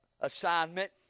assignment